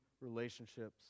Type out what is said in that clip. relationships